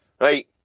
Right